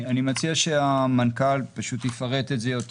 אני מציע שהמנכ"ל יפרט את זה יותר.